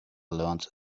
learned